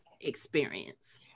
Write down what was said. experience